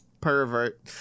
pervert